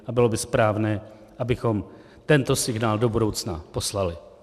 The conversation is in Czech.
A bylo by správné, abychom tento signál do budoucna poslali.